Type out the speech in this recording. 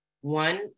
One